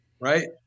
right